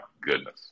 goodness